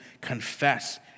confess